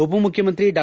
ಉಪ ಮುಖ್ಯಮಂತ್ರಿ ಡಾ